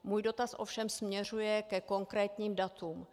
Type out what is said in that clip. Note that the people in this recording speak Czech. Můj dotaz ovšem směřuje ke konkrétním datům.